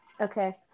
okay